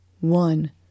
one